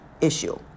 issue